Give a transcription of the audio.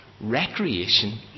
recreation